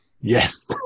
Yes